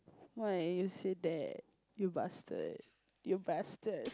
why you say that you bastard you bastard